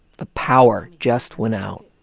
the power just went out.